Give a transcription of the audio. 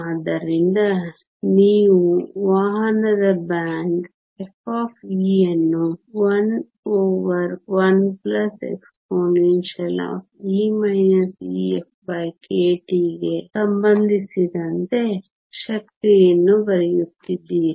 ಆದ್ದರಿಂದ ನೀವು ವಹನದ ಬ್ಯಾಂಡ್ f ನ್ನು 11expE EfkT ಗೆ ಸಂಬಂಧಿಸಿದಂತೆ ಶಕ್ತಿಯನ್ನು ಬರೆಯುತ್ತಿದ್ದೀರಿ